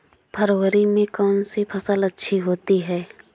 फरवरी में कौन सी फ़सल अच्छी होती है?